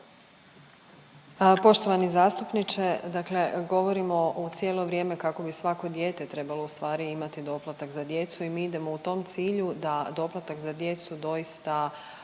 Poštovani zastupniče, dakle govorimo cijelo vrijeme kako bi svako dijete trebalo u stvari imati doplatak za djecu i mi idemo u tom cilju da doplatak za djecu doista